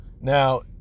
Now